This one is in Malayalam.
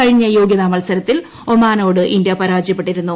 കഴിഞ്ഞ യോഗ്യതാ മൽസരത്തിൽ ഒമാനോട് ഇന്ത്യ പരാജയപ്പെട്ടിരുന്നു